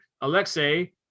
Alexei